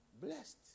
Blessed